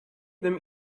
them